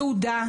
תעודה,